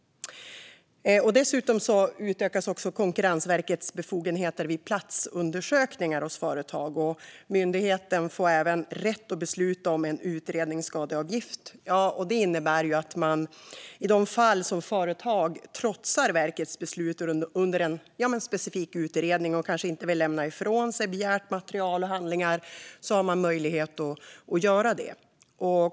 Dessutom utökas Konkurrensverkets befogenheter vid platsundersökningar hos företag. Myndigheten får även rätt att besluta om en utredningsskadeavgift, vilket innebär att man har möjlighet att göra det i de fall där företag trotsar verkets beslut under en specifik utredning och kanske inte vill lämna ifrån sig begärt material och handlingar.